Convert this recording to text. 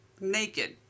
naked